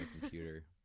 computer